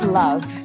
love